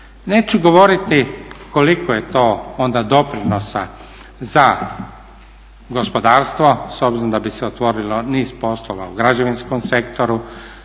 Neću govoriti koliko je to onda doprinosa za gospodarstvo s obzirom da bi se otvorilo niz poslova u građevinskom sektoru,